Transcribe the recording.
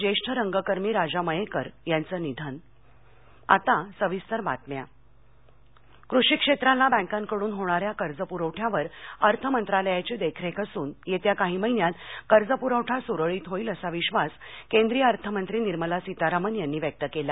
ज्येष्ठ रंगकर्मी राजा मयेकर यांचं निधन सीतारमन कृषी क्षेत्राला बँकाकडून होणाऱ्या कर्जपुरवठ्यावर अर्थ मंत्रालयाची देखरेख असून येत्या काही महिन्यात कर्जपुरवठा सुरळीत होईल असा विश्वास केंद्रीय अर्थमंत्री निर्मला सीतारामन यांनी व्यक्त केला